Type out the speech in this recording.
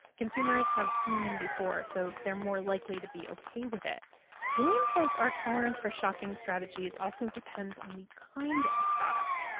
consumers have seen them before, so they're more likely to be okay with it williams says our tolerance for shocking strategies also depends on the kind of product.